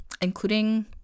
including